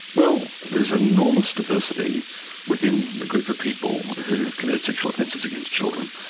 well there's enormous diversity within the group of people who have committed sexual offences against children.